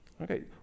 Okay